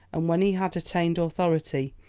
and when he had attained authority,